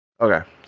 Okay